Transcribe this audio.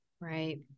Right